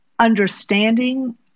understanding